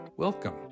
Welcome